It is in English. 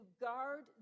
guard